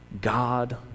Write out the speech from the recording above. God